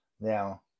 Now